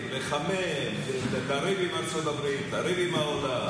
לחמם, לריב עם ארצות הברית, לריב עם העולם.